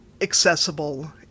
accessible